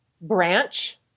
branch